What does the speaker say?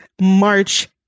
March